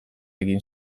egin